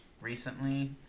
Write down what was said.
recently